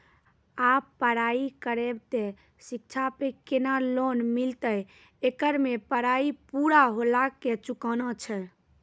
आप पराई करेव ते शिक्षा पे केना लोन मिलते येकर मे पराई पुरा होला के चुकाना छै?